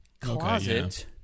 closet